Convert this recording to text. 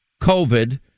covid